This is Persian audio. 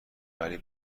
ولی